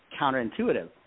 counterintuitive